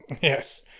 Yes